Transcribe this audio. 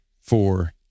four